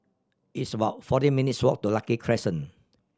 it's about forty minutes' walk to Lucky Crescent